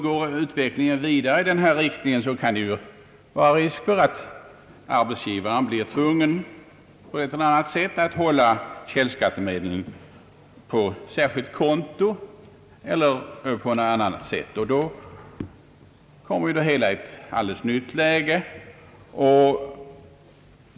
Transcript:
Går utvecklingen vidare i denna riktning, kan det vara risk för att arbetsgivaren blir tvungen på ett eller annat sätt att hålla källskattemedlen på särskilt konto, och då kommer det hela i ett alldeles nytt läge.